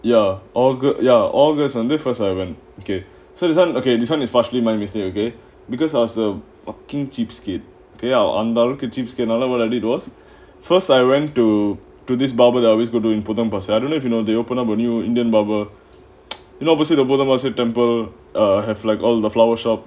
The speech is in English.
ya all good ya august first I went okay so this one okay this [one] is partially mine basically okay because as a fucking cheapskate okay அந்த அளவுக்கு:antha alavukku cheapskate another what I did was first I went to do this barber they're always gonna do in potong pasir I don't if you know they open up a new indian barber in obviously the bottom or september or have like all the flower shop